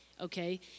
okay